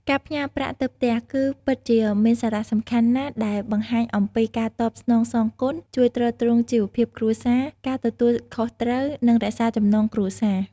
ការផ្ញើប្រាក់់ទៅផ្ទះគឺពិតជាមានសារៈសំខាន់ណាស់ដែលបង្ហាញអំពី ការតបស្នងសងគុណ ជួយទ្រទ្រង់ជីវភាពគ្រួសារ ការទទួលខុសត្រូវ និងរក្សាចំណងគ្រួសារ។